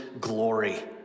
glory